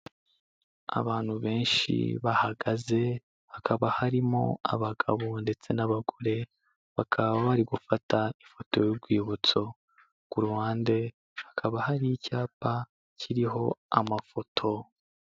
Abantu benshi bahagaze, hakaba harimo abagabo ndetse n'abagore, bakaba bari gufata ifoto y'urwibutso, ku ruhande hakaba hari icyapa kiriho amafoto.